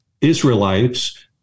Israelites